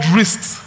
risks